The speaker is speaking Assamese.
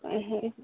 অঁ হেৰি